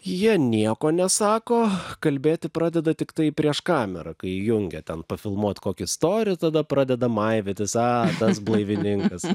jie nieko nesako kalbėti pradeda tiktai prieš kamerą kai įjungia ten pafilmuot kokį storį tada pradeda maivytis a tas blaivininkas